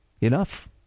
Enough